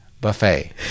Buffet